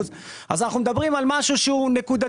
אז אנחנו מדברים על משהו נקודתי,